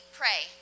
pray